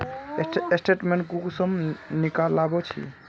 Statement कुंसम निकलाबो छी?